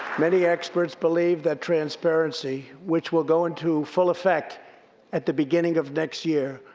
many experts believe that transparency, which will go into full effect at the beginning of next year,